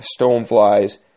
stoneflies